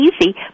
easy